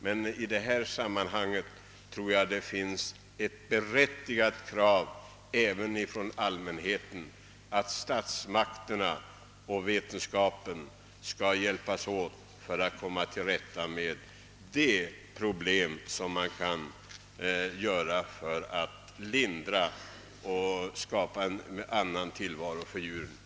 Men jag tror att det finns ett berättigat krav från allmänheten att statsmakterna och vetenskapen i detta sammanhang hjälps åt för att skapa en annan tillvaro för försöksdjuren.